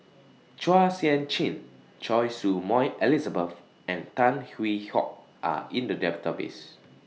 Chua Sian Chin Choy Su Moi Elizabeth and Tan Hwee Hock Are in The Database